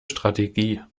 strategie